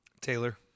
Taylor